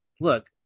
look